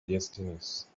destinies